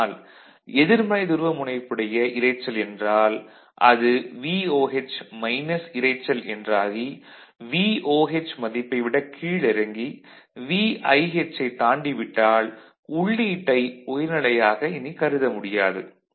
ஆனால் எதிர்மறை துருவமுனைப்புடைய இரைச்சல் என்றால் அது VOH மைனஸ் இரைச்சல் என்றாகி VOH மதிப்பை விட கீழிறங்கி VIH ஐ தாண்டிவிட்டால் உள்ளீட்டை உயர்நிலையாக இனி கருத முடியாது